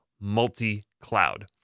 multi-cloud